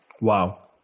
Wow